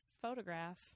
photograph